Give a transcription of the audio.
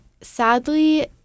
sadly